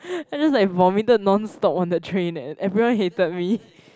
I just like vomited nonstop on the train eh everyone hated me